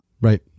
Right